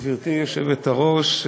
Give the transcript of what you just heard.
גברתי היושבת-ראש,